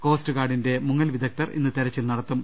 കോസ്റ്ഗാർഡിന്റെ മുങ്ങൽ വിദഗ്ധർ ഇന്ന് തെരച്ചിൽ നടത്തും